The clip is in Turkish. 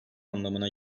anlamına